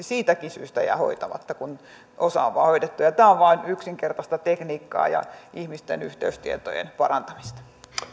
siitäkin syystä jää hoitamatta kun vain osa on hoidettu ja tämä on vain yksinkertaista tekniikkaa ja ihmisten yhteystietojen parantamista